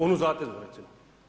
Onu zateznu recimo.